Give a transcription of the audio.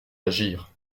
d’agir